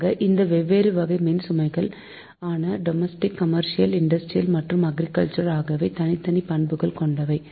ஆக இந்த வெவ்வேறு வகை மின்சுமைகள் ஆன டொமெஸ்டிக் கமெர்சியல் இண்டஸ்ட்ரியல் மற்றும் அக்ரிகல்ச்சர் ஆகியவை தனித்தனி பண்புகள் கொண்டவை